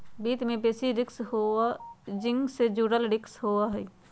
वित्त में basis risk hedging से जुड़ल रिस्क हहई